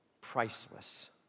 priceless